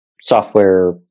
software